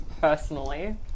personally